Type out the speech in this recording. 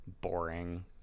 boring